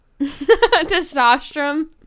Testosterone